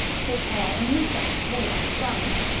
his hair and moustache were light brown,